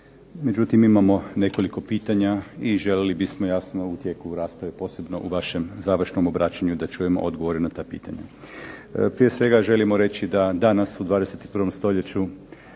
međutim imamo nekoliko pitanja i željeli bismo jasno u tijeku rasprave posebno u vašem završnom obraćanju da čujemo odgovore na ta pitanja. Prije svega, želimo reći da danas u 21. stoljeću